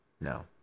No